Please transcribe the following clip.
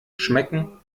schmecken